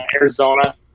Arizona